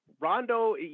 rondo